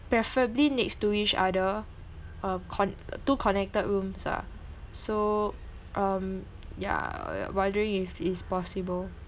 preferably next to each other uh con~ two connected rooms ah so um ya wondering if it's possible